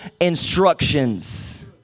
instructions